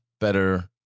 better